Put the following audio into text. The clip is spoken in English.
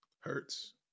Hurts